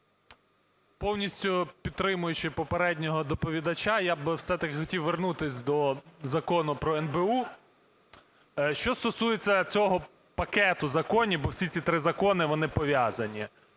Повністю підтримуючи попереднього доповідача, я би все-таки хотів вернутися до Закону по НБУ. Що стосується цього пакету законів, бо всі ці три закони, вони пов'язані.